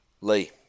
Lee